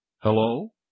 Hello